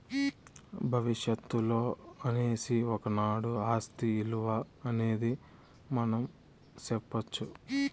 భవిష్యత్తులో అనేసి ఒకనాడు ఆస్తి ఇలువ అనేది మనం సెప్పొచ్చు